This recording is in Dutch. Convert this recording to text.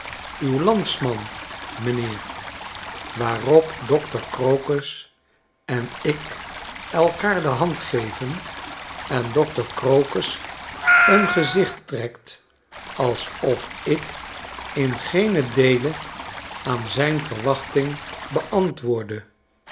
uw landsman m'nheer waarop dokter crocus en ik elkaar de hand geven en dokter crocus een gezicht trekt alsof ik in geenen deele aan zijn verwachting beantwoordde